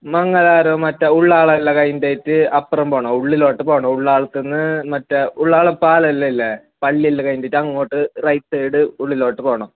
മംഗലാപുരം മറ്റേ ഉള്ളാളം എല്ലാം കഴിഞ്ഞിട്ടായിട്ട് അപ്പുറം പോവണം ഉള്ളിലോട്ട് പോവണം ഉള്ളാളത്തിൽനിന്ന് മറ്റേ ഉള്ളാളം പാലമെല്ലാം ഇല്ലേ പള്ളിയെല്ലാം കഴിഞ്ഞിട്ട് അങ്ങോട്ട് റൈറ്റ് സൈഡ് ഉള്ളിലോട്ട് പോവണം